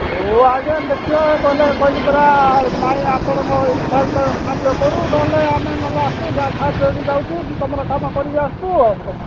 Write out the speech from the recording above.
ହଁ ଆଜ୍ଞା ଦେଖିବା କହିଲି କହିଲି ପରା ନାଇଁ ଆପଣଙ୍କ ଇଛା ହେଲେ ତ ଖାଆ ପିଆ କରୁ ନହେଲେ ଆମେ ନହେଲେ ଆସୁ ଖିଆ ପିଆ କରିକି ଯାଉଛୁ ତୁମର କାମ କରିକି ଆସୁ ଆଉ